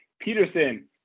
Peterson